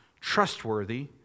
trustworthy